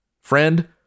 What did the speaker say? friend